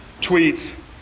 tweets